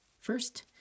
First